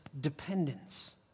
dependence